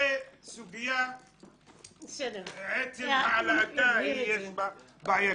זאת סוגיה שעצם העלאתה יש בה בעייתיות.